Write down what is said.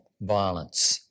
violence